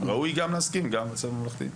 ראוי להסכים גם בבית ספר ממלכתי.